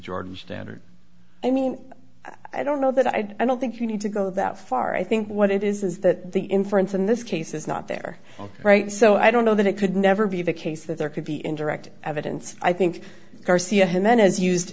jordan standard i mean i don't know that i don't think you need to go that far i think what it is is that the inference in this case is not there all right so i don't know that it could never be the case that there could be indirect evidence i think garcia